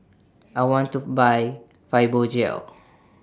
I want to Buy Fibogel